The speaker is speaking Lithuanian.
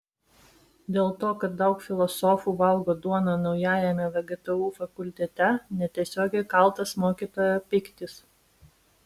dėl to kad daug filosofų valgo duoną naujajame vgtu fakultete netiesiogiai kaltas mokytojo pyktis